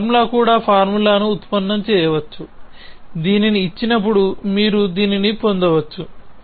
ఈ ఫార్ములా కూడా ఫార్ములాను ఉత్పన్నం చేయవచ్చు దీనిని ఇచ్చినప్పుడు మీరు దీనిని పొందవచ్చు